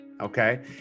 okay